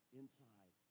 inside